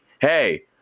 hey –